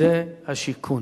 זה השיכון.